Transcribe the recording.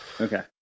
Okay